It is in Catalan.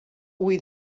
ull